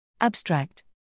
Abstract